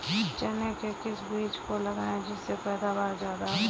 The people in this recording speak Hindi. चने के किस बीज को लगाएँ जिससे पैदावार ज्यादा हो?